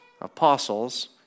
apostles